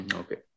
okay